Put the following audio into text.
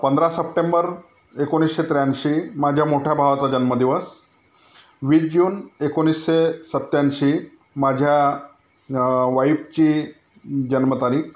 पंधरा सप्टेंबर एकोणीसशे त्र्याऐंशी माझ्या मोठ्या भावाचा जन्मदिवस वीस जून एकोणीसशे सत्त्याऐंशी माझ्या वाइफची जन्मतारीख